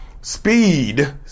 speed